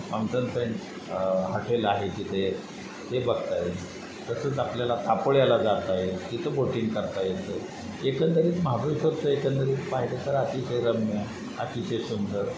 fountain फेन hotel आहे तिथे ते बघता येईल तसंच आपल्याला तापोळ्याला जाता येईल तिथं बोटिंग करता येतं एकंदरीत महाबळेश्वरचं एकंदरीत पाहिलं तर अतिशय रम्य अतिशय सुंदर